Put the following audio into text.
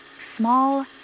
small